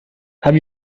have